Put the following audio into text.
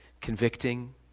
convicting